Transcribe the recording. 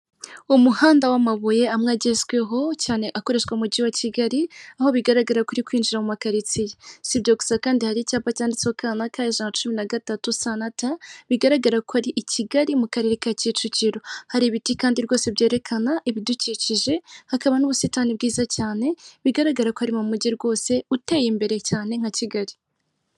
Umuhanda w'amabuye amwe agezweho cyane akoreshwa mu mujyi wa kigali aho bigaragara kuri kwinjira mu makaritsiye sibyo gusa kandi hari icyapa cyanditsweho ka na ka za cumi na gatatu sananata bigaragara ari i kigali mu karere ka kicukiro hari ibiti kandi rwose byerekana ibidukikije hakaba n'ubusitani bwiza cyane bigaragara ko ari mu mujyi rwose uteye imbere cyane nka kigali.